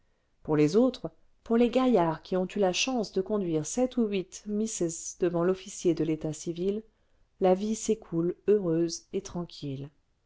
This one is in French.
pour les autres pour les gaillards qui ont eu la chance de conduire sept ou huit misses devant l'officier de l'état civil la vie s'écoule heureuse et tranquille